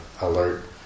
alert